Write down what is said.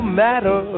matter